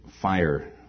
fire